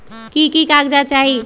की की कागज़ात चाही?